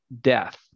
death